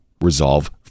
Resolve